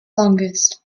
longest